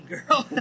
Girl